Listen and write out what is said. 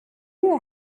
you